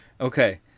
Okay